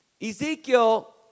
Ezekiel